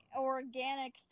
organic